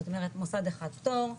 מוסד אחד פטור,